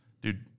dude